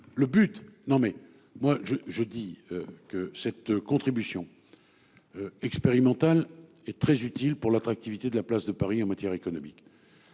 le but non mais moi je, je dis que cette contribution. Expérimental et très utile pour l'attractivité de la place de Paris en matière économique.